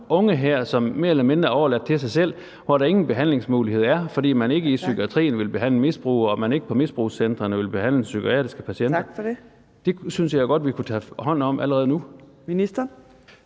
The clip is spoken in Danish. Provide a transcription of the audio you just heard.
unge her, som mere eller mindre er overladt til sig selv, og der er ingen behandlingsmuligheder, fordi man ikke i psykiatrien vil behandle misbrugere, og fordi man på misbrugscentrene ikke vil behandle psykiatriske patienter. Det synes jeg jo godt vi kunne tage hånd om allerede nu.